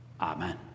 Amen